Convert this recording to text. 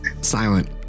silent